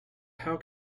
how